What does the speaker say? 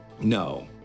no